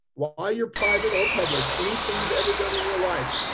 well, ah your private or public, anything you've ever done in your life,